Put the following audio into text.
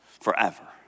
forever